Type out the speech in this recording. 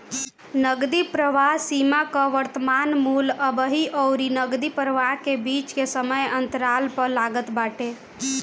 नगदी प्रवाह सीमा कअ वर्तमान मूल्य अबही अउरी नगदी प्रवाह के बीच के समय अंतराल पअ लागत बाटे